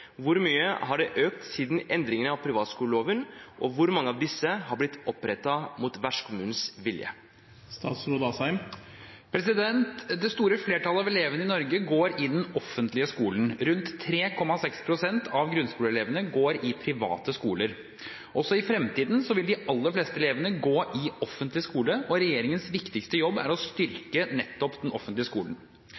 hvor mye har det økt siden endringene av privatskoleloven, og hvor mange av disse har blitt opprettet mot vertskommunens vilje?» Det store flertallet av elevene i Norge går i den offentlige skolen. Rundt 3,6 pst. av grunnskoleelevene går i private skoler. Også i fremtiden vil de aller fleste elevene gå i offentlig skole, og regjeringens viktigste jobb er å